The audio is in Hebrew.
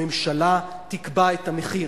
הממשלה תקבע את המחיר.